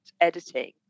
editing